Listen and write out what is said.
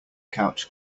couch